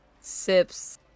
sips